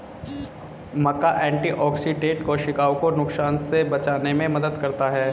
मक्का antioxidant कोशिकाओं को नुकसान से बचाने में मदद करता है